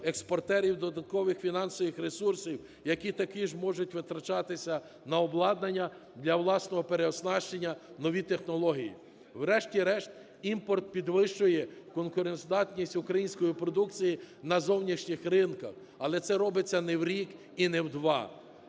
експортерів додаткових фінансових ресурсів, які також можуть витрачатися на обладнання для власного переоснащення, нові технології. Врешті-решт, імпорт підвищує конкурентоздатність української продукції на зовнішніх ринках, але це робиться не в рік і не в два.